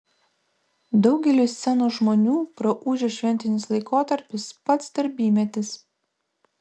daugeliui scenos žmonių praūžęs šventinis laikotarpis pats darbymetis